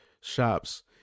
shops